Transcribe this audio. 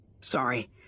Sorry